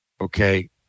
okay